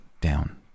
down